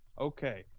okay